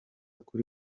kuri